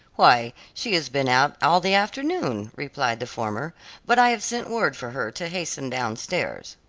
why, she has been out all the afternoon, replied the former but i have sent word for her to hasten downstairs.